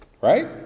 Right